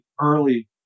early